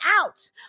out